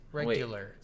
regular